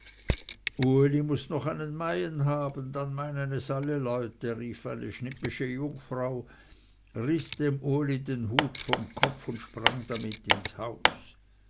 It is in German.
muß noch einen meien haben dann meinen es alle leute rief eine schnippische jungfrau riß dem uli den hut vom kopf und sprang damit ins haus